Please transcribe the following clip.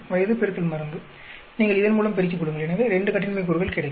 வயது X மருந்து நீங்கள் இதன் மூலம் பெருக்கிக் கொள்ளுங்கள் எனவே 2 கட்டின்மை கூறுகள் கிடைக்கும்